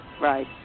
Right